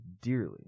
dearly